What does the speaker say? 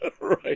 Right